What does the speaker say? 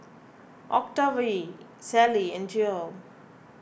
Octavie Sally and Geo